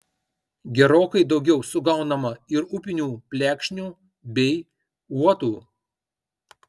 gerokai daugiau sugaunama ir upinių plekšnių bei uotų